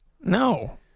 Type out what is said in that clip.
No